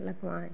लगवाए